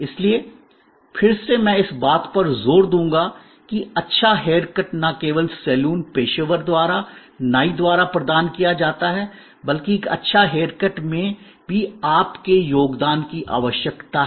इसलिए फिर से मैं इस बात पर जोर दूंगा कि एक अच्छा हेयरकट न केवल सैलून पेशेवर द्वारा नाई द्वारा प्रदान किया जाता है बल्कि एक अच्छा हेयरकट में भी आपके योगदान की आवश्यकता है